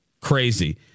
Crazy